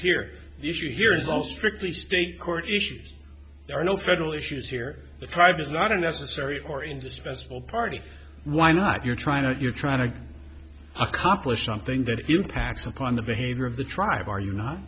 here the issue here is all strictly state court issues there are no federal issues here the tribe is not a necessary or indispensable party why not if you're trying to you're trying to accomplish something that impacts upon the behavior of the tribe ar